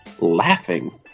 laughing